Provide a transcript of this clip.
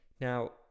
Now